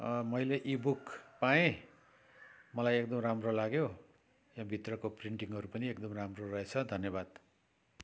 मैले e book पाएँ मलाई एकदम राम्रो लाग्यो यहाँभित्रको प्रिन्टिङहरू पनि एकदम राम्रो रहेछ धन्यवाद